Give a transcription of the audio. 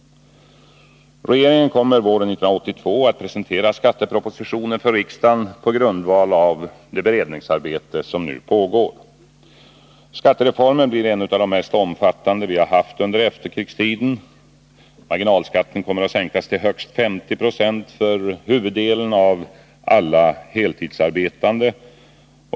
Regeringen kommer våren 1982 att presentera skattepropositionen för riksdagen, på grundval av det beredningsarbete som nu pågår. Skattereformen blir en av de mest omfattande vi har haft under efterkrigstiden. Marginalskatten kommer att sänkas till högst 50 96 för huvuddelen av alla heltidsarbetande.